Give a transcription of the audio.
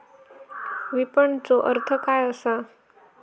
विपणनचो अर्थ काय असा?